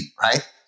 Right